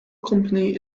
company